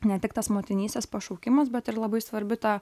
ne tik tas motinystės pašaukimas bet ir labai svarbi ta